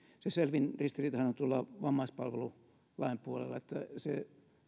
se selvin ristiriitahan on tuolla vammaispalvelulain puolella se